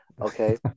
Okay